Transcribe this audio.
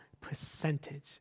percentage